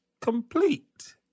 complete